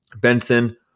Benson